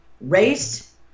race